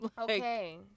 okay